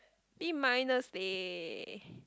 B minus leh